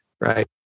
right